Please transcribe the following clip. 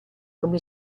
come